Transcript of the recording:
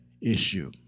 issue